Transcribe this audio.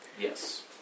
Yes